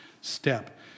step